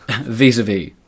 Vis-a-vis